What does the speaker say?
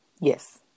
Yes